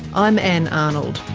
i'm ann arnold.